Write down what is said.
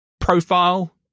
profile